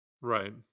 right